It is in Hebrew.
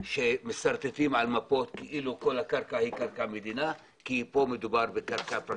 שמשרטטים על מפות כאילו כל הקרקע היא קרקע מדינה כי פה מדובר בקרקע פרטית.